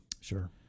Sure